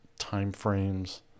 timeframes